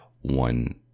one